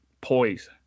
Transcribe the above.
poise